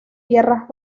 tierras